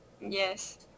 Yes